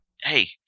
hey